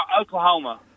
oklahoma